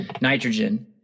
nitrogen